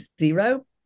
zero